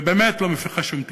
ובאמת לא מפיחה שום תקווה.